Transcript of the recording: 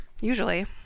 usually